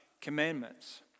commandments